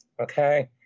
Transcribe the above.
Okay